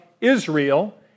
Israel